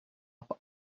pas